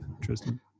Tristan